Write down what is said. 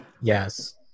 Yes